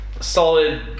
Solid